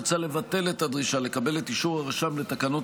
מוצע לבטל את הדרישה לקבל את אישור הרשם לתקנות